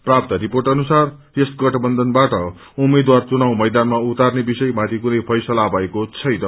प्राप्त रिपोर्ट अनुसार यस गठबन्धनबाट उम्मेद्वार चुनाव मैदानमा उतार्ने विषयमाथि कुनै फैसला भएको छैन